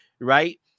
right